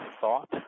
thought